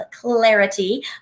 clarity